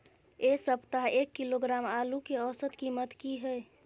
ऐ सप्ताह एक किलोग्राम आलू के औसत कीमत कि हय?